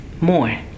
more